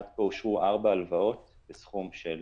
עד כה אושרו ארבע הלוואות בסכום של